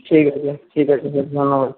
ঠিক আছে ঠিক আছে স্যার ধন্যবাদ